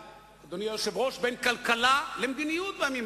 כי ליל הסדר מתקרב.